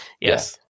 Yes